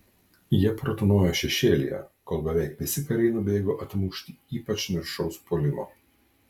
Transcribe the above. jie pratūnojo šešėlyje kol beveik visi kariai nubėgo atmušti ypač niršaus puolimo